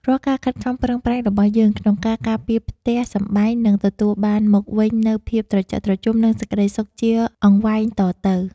រាល់ការខិតខំប្រឹងប្រែងរបស់យើងក្នុងការការពារផ្ទះសម្បែងនឹងទទួលបានមកវិញនូវភាពត្រជាក់ត្រជុំ និងសេចក្តីសុខជាអង្វែងតទៅ។